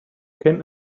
can